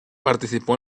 participó